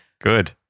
Good